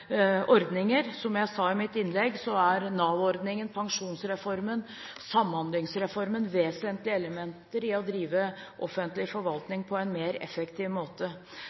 ordninger. Som jeg sa i mitt innlegg, er Nav-reformen, Pensjonsreformen og Samhandlingsreformen vesentlige elementer i å drive offentlig forvaltning på en mer effektiv måte.